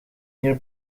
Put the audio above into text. hier